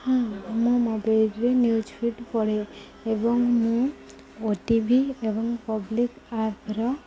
ହଁ ମୁଁ ମୋବାଇଲ୍ରେ ନ୍ୟୁଜ୍ ଫିଟ୍ ପଢ଼େ ଏବଂ ମୁଁ ଓ ଟି ଭି ଏବଂ ପବ୍ଲିକ୍ ଆପ୍ର